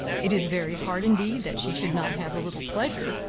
it is very hard indeed that she should not have a little pleasure,